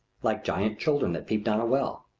like giant children that peep down a well.